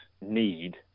need